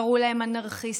קראו להם אנרכיסטים,